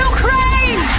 Ukraine